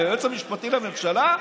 על היועץ המשפטי לממשלה?